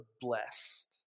blessed